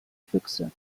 füchse